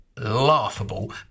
laughable